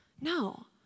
No